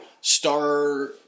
star